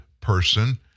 person